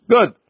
Good